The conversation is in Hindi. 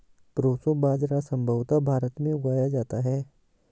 प्रोसो बाजरा संभवत भारत में उगाया जाता है